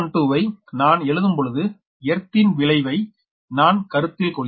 C12 வை நான் எழுதும்பொழுது எர்த் ன் விளைவை நான் கருத்தில் கொள்கிறேன்